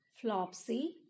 Flopsy